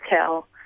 tell